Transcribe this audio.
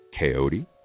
coyote